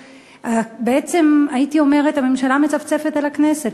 בעצם הייתי אומרת הממשלה מצפצפת על הכנסת,